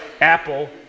Apple